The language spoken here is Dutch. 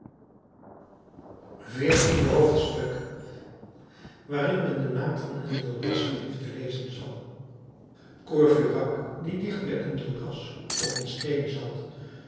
veertiende hoofdstuk waarin men den naam van enjolras geliefde lezen zal courfeyrac die dicht bij enjolras op een steen zat